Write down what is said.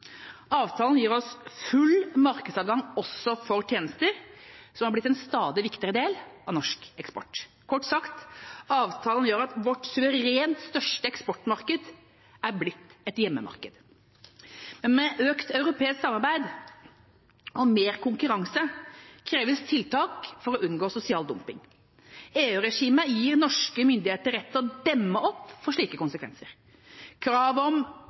Avtalen gir oss full markedsadgang også for tjenester, som har blitt en stadig viktigere del av norsk eksport. Kort sagt: Avtalen gjør at vårt suverent største eksportmarked er blitt et hjemmemarked. Med økt europeisk samarbeid og mer konkurranse kreves tiltak for å unngå sosial dumping. EU-regimet gir norske myndigheter rett til å demme opp for slike konsekvenser. Kravet om